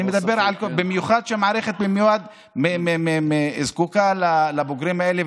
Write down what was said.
במיוחד שהמערכת זקוקה לבוגרים האלה.